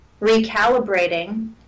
recalibrating